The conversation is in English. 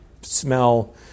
smell